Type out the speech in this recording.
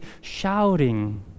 shouting